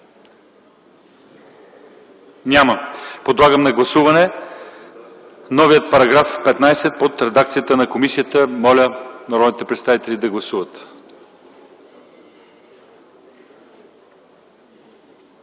Няма. Подлагам на гласуване новия § 15 в редакция на комисията. Моля народните представители да гласуват.